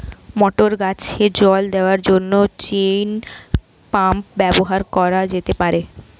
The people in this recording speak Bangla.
মটর গাছে জল দেওয়ার জন্য চেইন পাম্প ব্যবহার করা যেতে পার?